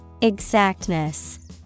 Exactness